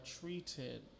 treated